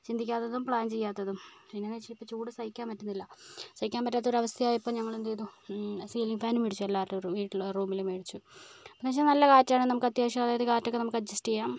ചിന്തിക്കാത്തതും plan ചെയ്യാത്തതും പിന്നെയെന്ന് വെച്ചാൽ ഇപ്പോൾ ചൂട് സഹിക്കാൻ പറ്റുന്നില്ല സഹിക്കാൻ പറ്റാത്തൊരു അവസ്ഥയായപ്പോൾ ഞങ്ങളെന്തെയ്തു സീലിംഗ് ഫാൻ മേടിച്ചു എല്ലാവരുടെ വീട്ടിലും റൂമിലും മേടിച്ചു അപ്പോഴെന്ന് വെച്ചാൽ നല്ല കാറ്റാണ് നമുക്ക് അത്യാവശ്യം അതായത് കാറ്റൊക്കെ നമുക്ക് അഡ്ജസ്റ്റ് ചെയ്യാം